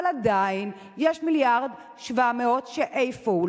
אבל עדיין, יש 1.7 מיליארד, איפה הם?